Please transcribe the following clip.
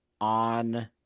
on